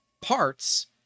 parts